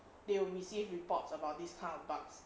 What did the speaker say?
they will receive reports about these kind of bugs